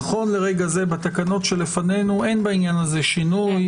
נכון לרגע זה בתקנות שלפנינו אין בדבר הזה שינוי.